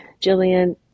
Jillian